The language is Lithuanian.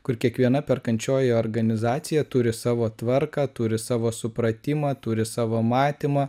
kur kiekviena perkančioji organizacija turi savo tvarką turi savo supratimą turi savo matymą